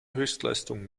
höchstleistung